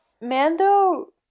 Mando